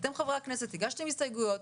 אתם חברי הכנסת הגשתם הסתייגויות,